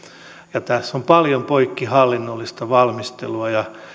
tässä on paljon poikkihallinnollista valmistelua